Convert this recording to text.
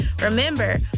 Remember